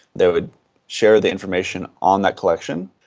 they would share the information on that collection,